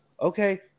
Okay